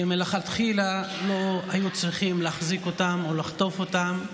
שמלכתחילה לא היו צריכים להחזיק אותם או לחטוף אותם.